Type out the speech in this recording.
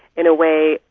in a way,